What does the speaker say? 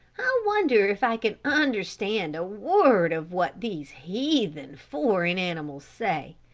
i wonder if i can understand a word of what these heathen, foreign animals say,